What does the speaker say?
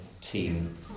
team